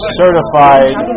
certified